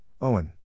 Owen